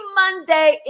monday